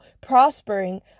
prospering